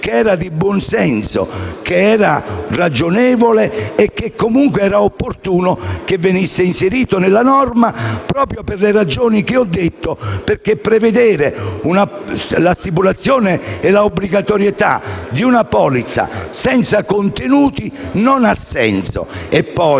che era di buon senso, ragionevole e che comunque era opportuno fosse inserito nella norma proprio per le ragioni che ho detto. Infatti, prevedere la stipulazione e la obbligatorietà di una polizza senza contenuti non ha senso.